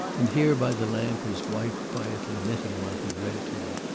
and here by the lamp his wife quietly knitting while he read to her.